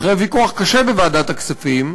אחרי ויכוח קשה בוועדת הכספים,